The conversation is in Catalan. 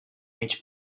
mig